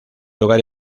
lugar